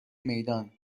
میدان